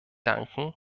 danken